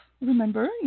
remember